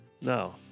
No